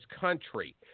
country